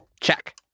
Check